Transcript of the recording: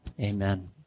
Amen